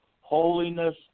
holiness